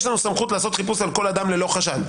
לנו סמכות לעשות חיפוש על כל אדם ללא חשד.